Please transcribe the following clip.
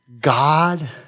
God